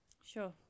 Sure